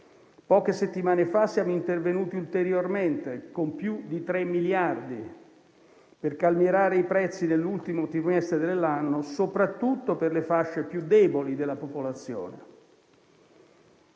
Poche settimane fa siamo intervenuti ulteriormente con più di 3 miliardi di euro per calmierare i prezzi dell'ultimo trimestre dell'anno soprattutto per le fasce più deboli della popolazione.